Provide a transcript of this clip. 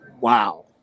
Wow